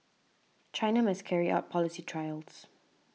China must carry out policy trials